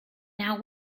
now